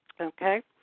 okay